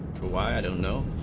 to widen no